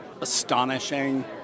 astonishing